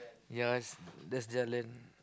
ya that's their land